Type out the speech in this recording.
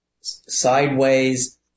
sideways